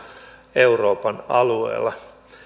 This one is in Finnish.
euroopan alueella